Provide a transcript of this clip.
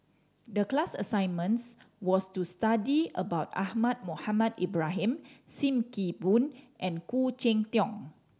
the class assignments was to study about Ahmad Mohamed Ibrahim Sim Kee Boon and Khoo Cheng Tiong